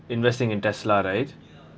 investing in tesla right